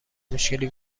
مشکلی